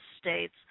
states